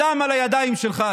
הדם על הידיים שלך.